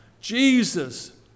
Jesus